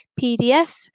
PDF